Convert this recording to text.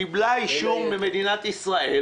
קיבלה אישור במדינת ישראל